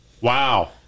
Wow